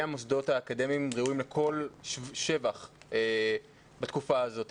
המוסדות האקדמיים ראויים לכל שבח בתקופה הזאת.